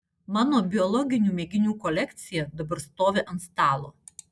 mano biologinių mėginių kolekcija dabar stovi ant stalo